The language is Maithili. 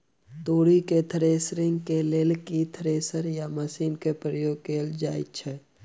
तोरी केँ थ्रेसरिंग केँ लेल केँ थ्रेसर या मशीन केँ प्रयोग कैल जाएँ छैय?